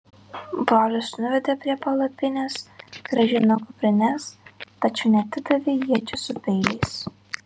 brolius nuvedė prie palapinės grąžino kuprines tačiau neatidavė iečių su peiliais